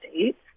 States